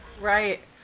right